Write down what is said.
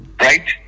Right